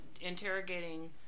interrogating